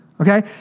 okay